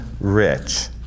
Rich